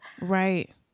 Right